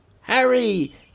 Harry